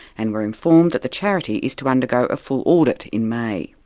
and were informed that the charity is to undergo a full audit in may.